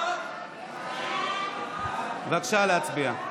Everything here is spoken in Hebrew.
בבקשה להצביע.